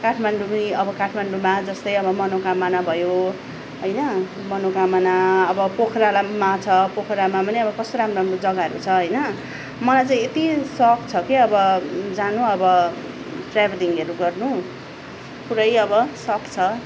काठमाडौँ पनि अब काठमाडौँमा जस्तै अब मनोकामना भयो होइन मनोकामना अब पोखरालामा छ पोखरामा पनि कस्तो राम्रो राम्रो जग्गाहरू छ होइन मलाई चाहिँ यति सोख छ कि अब जानु अब ट्र्याभलिङहरू गर्नु पुरै अब सोख छ